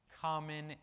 common